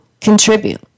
contribute